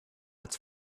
its